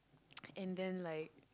and then like